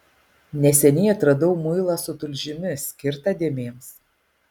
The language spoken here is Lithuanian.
neseniai atradau muilą su tulžimi skirtą dėmėms